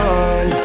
on